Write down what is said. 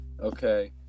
Okay